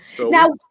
Now